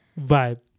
vibe